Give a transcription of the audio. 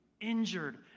injured